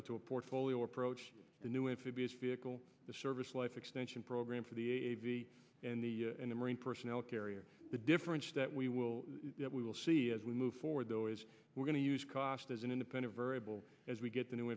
into a portfolio approach the new if you abuse vehicle the service life extension program for the a v and the and the marine personnel carrier the difference that we will we will see as we move forward though as we're going to use cost as an independent variable as we get the new